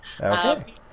Okay